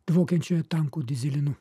dvokiančioje tankų dyzelinu